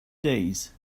days